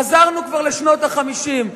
חזרנו כבר לשנות ה-50,